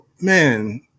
man